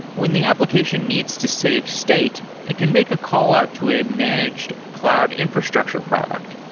when the application needs to save state, it can make a call out to a managed cloud infrastructure product.